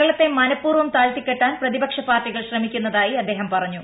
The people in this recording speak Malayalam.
കേരളത്തെ മനപൂർവ്വം താഴ്ത്തിക്കെട്ടാൻ പ്രതിപക്ഷ പാർട്ടികൾ ശ്രമിക്കുന്നതായി അദ്ദേഹം പറഞ്ഞു